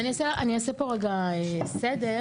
אז אני אעשה פה רגע סדר.